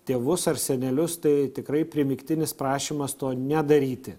tėvus ar senelius tai tikrai primygtinis prašymas to nedaryti